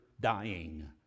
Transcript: dying